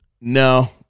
No